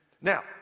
Now